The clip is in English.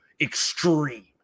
extreme